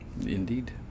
Indeed